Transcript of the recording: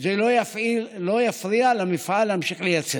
זה לא יפריע למפעל להמשיך לייצר.